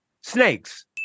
Snakes